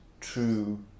true